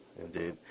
Indeed